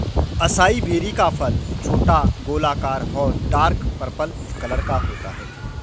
acai berry का फल छोटा, गोलाकार और डार्क पर्पल कलर का होता है